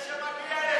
כנראה מגיע לך.